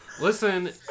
Listen